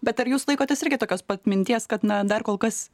bet ar jūs laikotės irgi tokios pat minties kad na dar kol kas